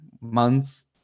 months